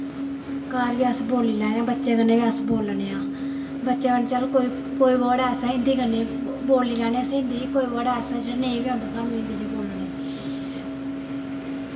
घर बी अस बोल्ली लैन्ने आं बच्चैं कन्नै बी अस बोलने आं बच्चैं कन्नै चल कोई बर्ड़ हिन्दी कन्नै बोल्ली लैन्ने हिन्ही कोई बर्ड़ नेंई बी आंदा साह्नू बोलनें ई